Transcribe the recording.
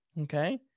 Okay